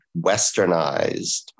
westernized